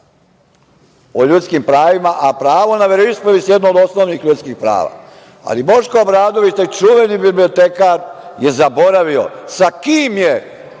o ljudskim pravima, a pravo na veroispovest je jedno od osnovnih ljudskih prava, ali Boško Obradović, taj čuveni bibliotekar, je zaboravio sa kim je